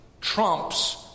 trumps